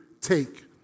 take